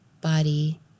body